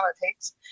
politics